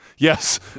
Yes